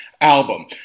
album